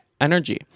energy